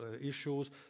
issues